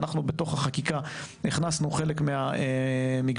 אנחנו בתוך החקיקה הכנסנו חלק מהמגבלות,